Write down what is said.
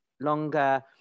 longer